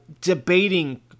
debating